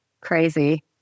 crazy